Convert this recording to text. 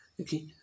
okay